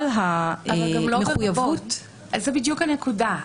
זאת בדיוק הנקודה.